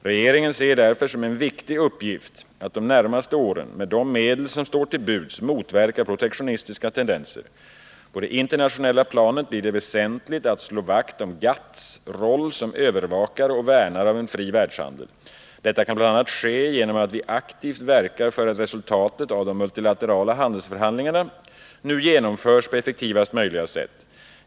Regeringen ser därför som en viktig uppgift att de närmaste åren med de medel som står till buds motverka protektionistiska tendenser. På det internationella planet blir det väsentligt att slå vakt om GATT:s roll som övervakare och värnare av en fri världshandel. Detta kan bl.a. ske genom att vi aktivt verkar för att resultatet av de multilaterala handelsförhandlingarna nu genomförs på effektivaste möjliga sätt.